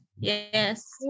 Yes